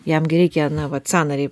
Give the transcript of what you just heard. jam gi reikia na vat sąnarį